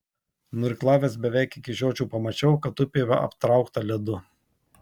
nuirklavęs beveik iki žiočių pamačiau kad upė aptraukta ledu